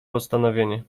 postanowienie